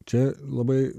čia labai